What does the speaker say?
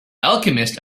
alchemist